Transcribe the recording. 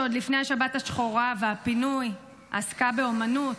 שעוד לפני השבת השחורה והפינוי עסקה באומנות,